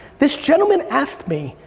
this gentleman asked me,